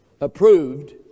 approved